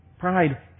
Pride